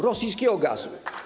Rosyjskiego gazu.